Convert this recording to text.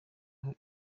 aho